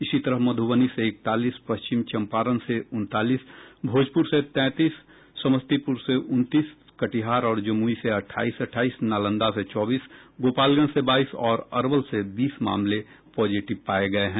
इसी तरह मधुबनी से इकतालीस पश्चिम चम्पारण से उनतालीस भोजपुर से तैंतीस समस्तीपुर से उनतीस कटिहार और जमुई से अट्ठाईस अट्ठाईस नालंदा से चौबीस गोपालगंज से बाईस और अरवल से बीस मामले पॉजिटिव पाये गये हैं